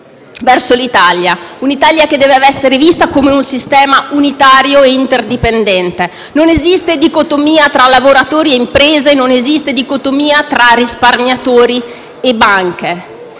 quello per un'Italia che deve essere vista come un sistema unitario e interdipendente. Non esiste dicotomia tra lavoratori e imprese; non esiste dicotomia tra risparmiatori e banche